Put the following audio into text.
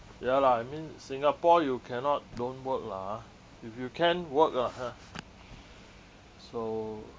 ya lah I mean singapore you cannot don't work lah ha if you can work lah so